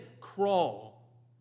crawl